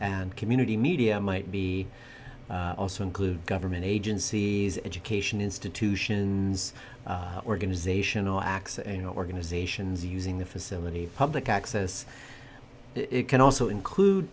and community media might be also include government agencies education institutions organizational acts and organizations using the facility for public access it can also include